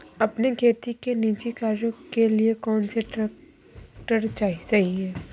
अपने खेती के निजी कार्यों के लिए कौन सा ट्रैक्टर सही है?